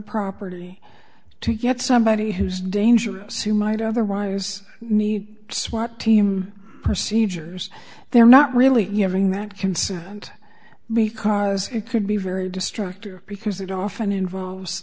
property to get somebody who's dangerous who might otherwise me swat team procedures they're not really having that concern and because it could be very destructive because it often involves